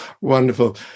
Wonderful